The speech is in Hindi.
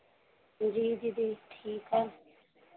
जी जी जी ठीक है